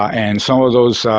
and some of those